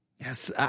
Yes